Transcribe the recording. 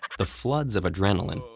the floods of adrenaline,